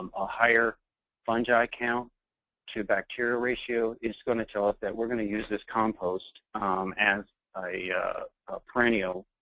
a higher fungi count to bacteria ratio is going to tell us that we're going to use this compost as a perennial